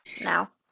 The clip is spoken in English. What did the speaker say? now